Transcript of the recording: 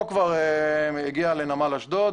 היא הגיעה לנמל אשדוד.